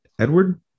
edward